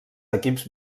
equips